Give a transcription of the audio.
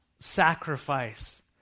sacrifice